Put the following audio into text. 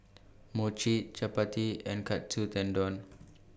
Mochi Chapati and Katsu Tendon